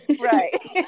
Right